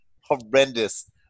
horrendous